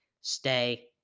stay